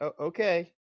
Okay